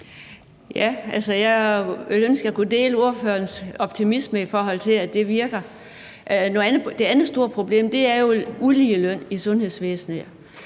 ønske, at jeg kunne dele ordførerens optimisme, i forhold til at det virker. Det andet store problem er jo uligelønnen i sundhedsvæsenet,